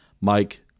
Mike